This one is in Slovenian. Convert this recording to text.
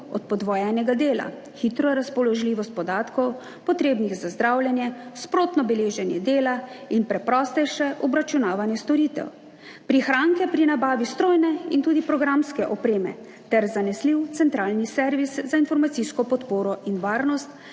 od podvojenega dela, hitro razpoložljivost podatkov, potrebnih za zdravljenje, sprotno beleženje dela in preprostejše obračunavanje storitev, prihranke pri nabavi strojne in tudi programske opreme ter zanesljiv centralni servis za informacijsko podporo in varnost